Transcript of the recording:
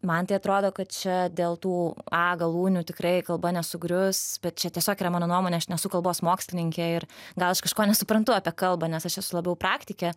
man tai atrodo kad čia dėl tų a galūnių tikrai kalba nesugrius bet čia tiesiog yra mano nuomonė aš nesu kalbos mokslininkė ir gal aš kažko nesuprantu apie kalbą nes aš esu labiau praktikė